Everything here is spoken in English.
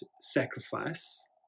sacrifice